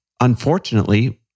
unfortunately